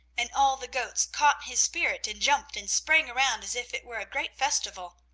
and all the goats caught his spirit and jumped and sprang around as if it were a great festival.